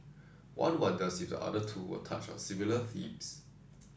one wonders if the other two will touch on similar themes